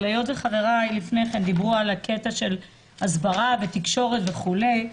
אבל היות וחבריי לפני כן דיברו על הסברה ותקשורת וכולי,